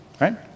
Right